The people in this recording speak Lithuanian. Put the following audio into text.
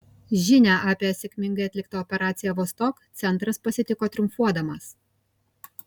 žinią apie sėkmingai atliktą operaciją vostok centras pasitiko triumfuodamas